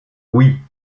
oui